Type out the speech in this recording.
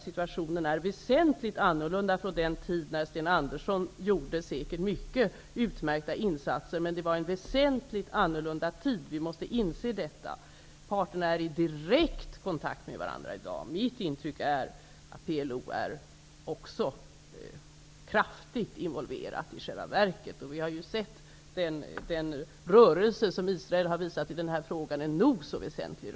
Situationen är väsentligt annorlunda nu än den var när Sten Andersson gjorde sina insatser, som säkert var mycket utmärkta. Det var en väsentligt annorlunda tid då -- vi måste inse detta. Parterna är i direkt kontakt med varandra i dag. Mitt intryck är att PLO i själva verket också är kraftigt involverat. Vi har ju sett den rörelse som Israel har visat i den frågan, som är nog så väsentlig.